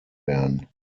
werden